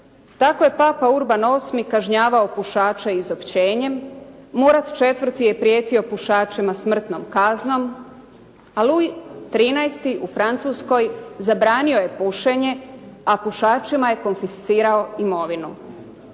Tako je Papa Urban VIII. kažnjavao pušače izopćenjem, Murat IV. je prijetio pušačima smrtnom kaznom, a Luj XIII. u Francuskoj zabranio je pušenje, a pušačima je konficirao imovinu.